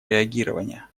реагирования